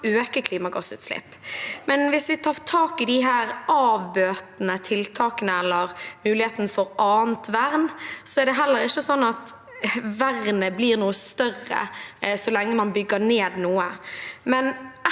spørretime 3565 Hvis vi tar tak i disse avbøtende tiltakene eller muligheten for annet vern, er det heller ikke sånn at vernet blir noe større så lenge man bygger ned noe.